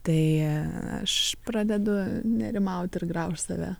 tai aš pradedu nerimauti ir graušt save